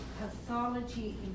pathology